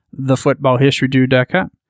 thefootballhistorydude.com